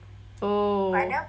oh